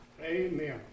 Amen